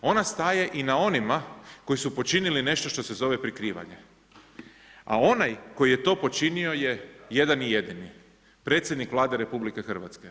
Ona staje i na onima koji su počinili nešto što se zove prikrivanje, a onaj koji je to počinio je jedan i jednini, predsjednik Vlade RH.